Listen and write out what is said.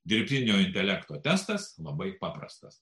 dirbtinio intelekto testas labai paprastas